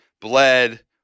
Bled